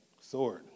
Sword